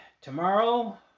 tomorrow